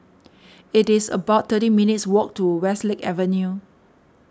it is about thirty minutes' walk to Westlake Avenue